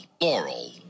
Laurel